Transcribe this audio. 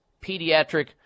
pediatric